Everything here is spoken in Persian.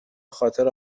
بخاطر